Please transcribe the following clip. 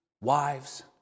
wives